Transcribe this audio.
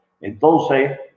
entonces